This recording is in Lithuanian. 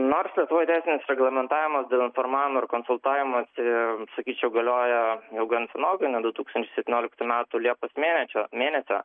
nors lietuvoj didesnis reglamentavimas dėl informavimo ir konsultavimosi sakyčiau galioja jau gan senokai nuo du tūkstančiai septynioliktų metų liepos mėnečio mėnesio